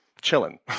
chilling